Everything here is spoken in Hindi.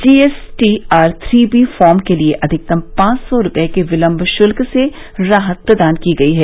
जीएसटीआर थ्री बी फॉर्म के लिए अधिकतम पांच सौ रूपये के विलम्ब शुल्क से राहत प्रदान की गई है